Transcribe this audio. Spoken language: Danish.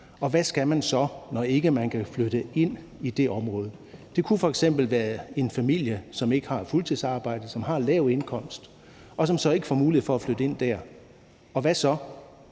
og hvad skal man så, når ikke man kan flytte ind i det område? Det kunne f.eks. være en familie, som ikke har et fuldtidsarbejde og har en lav indkomst, og som så ikke får mulighed for at flytte ind dér, og hvad så?